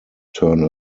turn